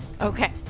Okay